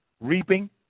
reaping